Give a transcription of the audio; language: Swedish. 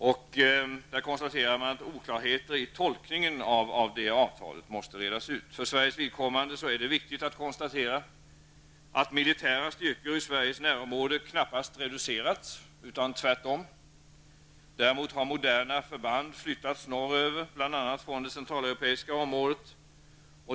Man konstaterar att oklarheter i tolkningen av avtalet måste redas ut. För Sveriges vidkommande är det viktigt att notera att de militära styrkorna i Sveriges närområde knappast har reducerats till antalet, snarare tvärtom. Däremot har moderna förband flyttats norröver, bl.a. från det centraleuropeiska området.